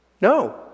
No